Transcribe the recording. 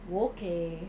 !whoa! K